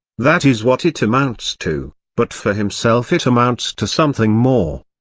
that is what it amounts to but for himself it amounts to something more.